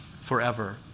forever